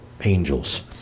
angels